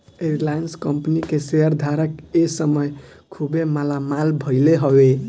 Reliance company के share धारक ए समय खुबे मालामाल भईले हवे